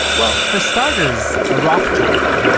well, for starters, a rothschild,